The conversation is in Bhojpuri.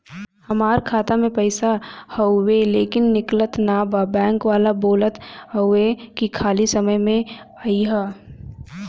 हमार खाता में पैसा हवुवे लेकिन निकलत ना बा बैंक वाला बोलत हऊवे की खाली समय में अईहा